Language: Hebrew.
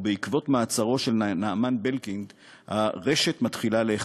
ובעקבות מעצרו של נעמן בלקינד הרשת מתחילה להיחשף.